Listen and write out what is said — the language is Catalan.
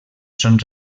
són